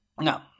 No